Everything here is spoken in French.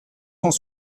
cent